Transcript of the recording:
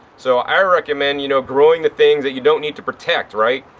so i recommend, you know, growing the things that you don't need to protect, right.